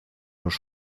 los